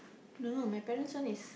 no no my parents one is